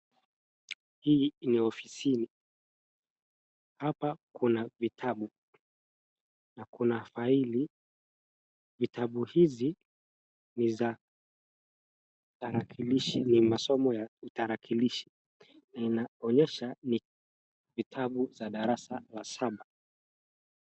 Hii ni ofisini. Hapa kuna vitabu na kuna faili. Vitabu hizi ni masomo ya tarakilishi na inaonyesha ni vitabu za darasa la saba.